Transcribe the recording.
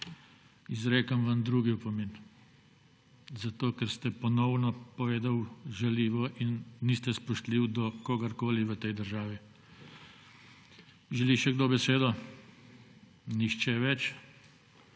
Izrekam vam drugi opomin, zato ker ste ponovno povedali žaljivo in niste spoštljivi do kogarkoli v tej državi. Želi še kdo besedo? Nihče več.